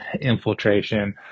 infiltration